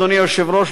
אדוני היושב-ראש,